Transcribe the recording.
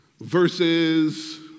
verses